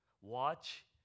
watch